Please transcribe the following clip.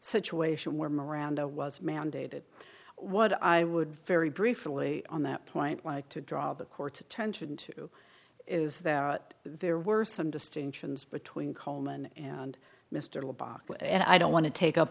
situation where miranda was mandated what i would very briefly on that point like to draw the court's attention to is that there were some distinctions between coleman and mr bach and i don't want to take up